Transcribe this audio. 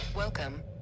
Welcome